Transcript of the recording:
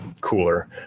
cooler